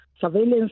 surveillance